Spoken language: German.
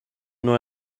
nur